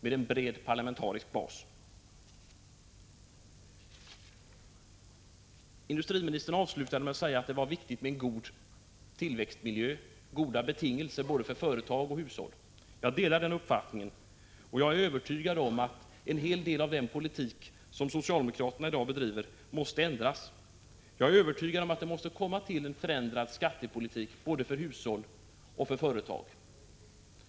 Industriministern sade i slutet av sitt anförande att det var viktigt att ha en god tillväxtmiljö och goda betingelser för både företag och hushåll. Jag delar den uppfattningen. Jag är övertygad om att den politik som socialdemokraterna i dag bedriver på en hel del punkter måste ändras. Vidare är jag övertygad om att vi måste komma fram till en förändrad skattepolitik för både hushåll och företag.